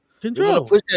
Control